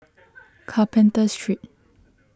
Carpenter Street